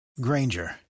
Granger